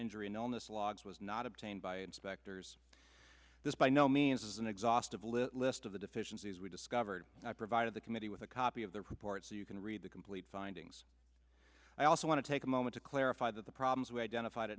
illness logs was not obtained by inspectors this by no means an exhaustive list of the deficiencies we discovered i provided the committee with a copy of the report so you can read the complete findings i also want to take a moment to clarify that the problems we identif